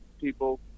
people